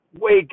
Wake